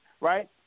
right